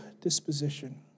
disposition